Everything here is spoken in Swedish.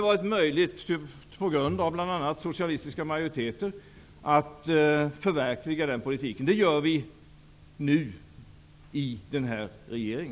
Bl.a. på grund av socialistiska majoriteter har det inte varit möjligt att förverkliga den politiken. Det gör vi nu i denna regering.